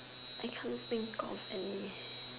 I can't think of any